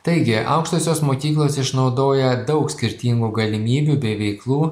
taigi aukštosios mokyklos išnaudoja daug skirtingų galimybių bei veiklų